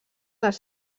les